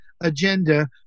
agenda